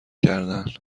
کردن